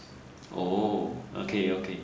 oh okay okay